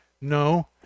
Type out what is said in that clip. No